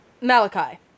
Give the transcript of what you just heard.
Malachi